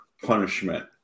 punishment